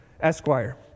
Esquire